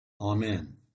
Amen